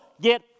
get